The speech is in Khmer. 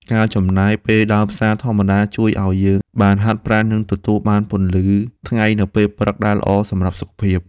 ការចំណាយពេលដើរផ្សារធម្មតាជួយឱ្យយើងបានហាត់ប្រាណនិងទទួលបានពន្លឺថ្ងៃនៅពេលព្រឹកដែលល្អសម្រាប់សុខភាព។